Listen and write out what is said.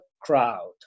crowd